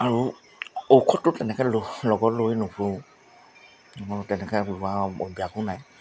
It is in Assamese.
আৰু ঔষধটো তেনেকৈ লগৰ লৈ নুফুৰোঁ মোৰ তেনেকৈ ব্যৱহাৰৰ অভ্যাসো নাই